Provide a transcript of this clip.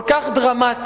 כל כך דרמטי,